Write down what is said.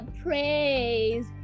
praise